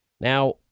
Now